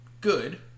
good